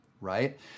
right